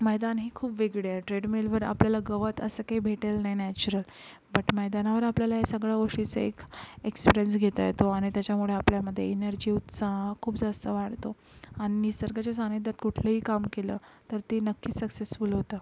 मैदान हे खूप वेगळे आहे ट्रेडमिलवर आपल्याला गवत असं कही भेटेल नाही नॅचरल बट मैदानावर आपल्याला या सगळ्या गोष्टीचं एक एक्सप्रियन्स घेता येतो आणि त्याच्यामुळे आपल्यामधे एनर्जी उत्साह खूप जास्त वाढतो आणि निसर्गाच्या सान्निध्यात कुठलंही काम केलं तर ते नक्की सक्सेसफुल होतं